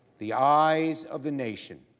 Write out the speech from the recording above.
the eyes of the nation,